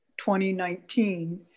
2019